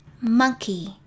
monkey